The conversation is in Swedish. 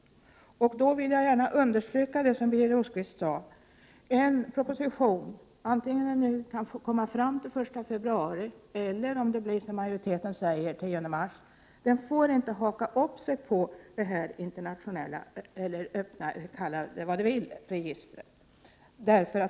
Jag vill då också gärna understryka det som Birger Rosqvist sade: En proposition — oavsett om den kommer fram den 1 februari eller, som majoriteten säger, den 10 mars — får inte haka upp sig på ett internationellt eller öppet register.